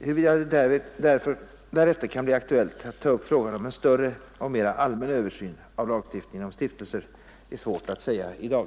Huruvida det därefter kan bli aktuellt att ta upp frågan om en större och mera allmän översyn av lagstiftningen om stiftelser är svårt att säga i dag.